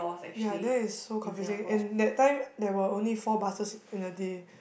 ya that is so confusing and that time there were only four buses in a day